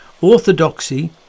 Orthodoxy